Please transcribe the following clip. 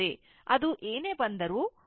ಅದು ಏನೇ ಬಂದರೂ Ω ನಲ್ಲಿ ಇರುತ್ತದೆ